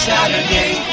Saturday